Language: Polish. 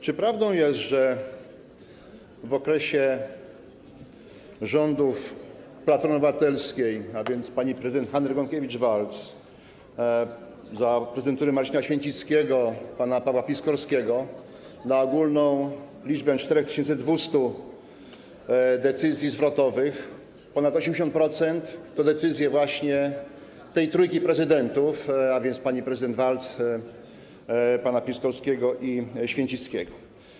Czy prawdą jest, że w okresie rządów Platformy Obywatelskiej, a więc pani prezydent Hanny Gronkiewicz-Waltz, prezydenta Marcina Święcickiego, pana Pawła Piskorskiego, na ogólną liczbę 4200 decyzji zwrotowych ponad 80% to decyzje właśnie tej trójki prezydentów, a więc pani prezydent Waltz, panów Piskorskiego i Święcickiego?